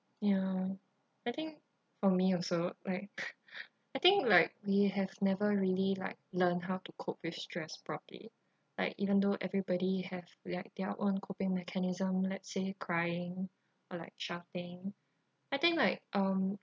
ya I think for me also like I think like we have never really like learnt how to cope with stress properly like even though everybody have like their own coping mechanism let's say crying or like shopping I think like um